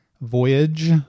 Voyage